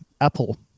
Apple